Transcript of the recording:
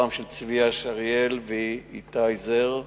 שריאל ואיתי זר,